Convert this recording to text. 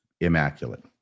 immaculate